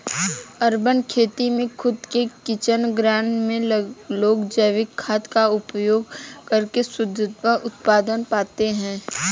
urban खेती में खुद के किचन गार्डन में लोग जैविक खाद का उपयोग करके शुद्धतम उत्पाद पाते हैं